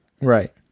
right